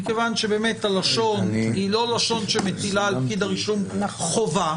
מכיוון שהלשון היא לא לשון שמטילה על פקיד הרישום חובה,